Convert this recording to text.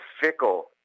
fickle